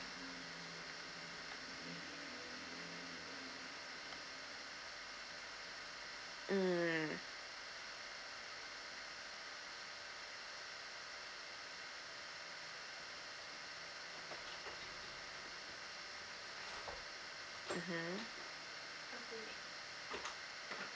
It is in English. mm mmhmm